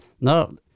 no